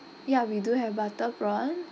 ya we do have butter prawn